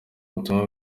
ubutumwa